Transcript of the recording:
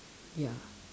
ya